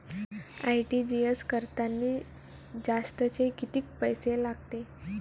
RTGS करतांनी जास्तचे कितीक पैसे लागते?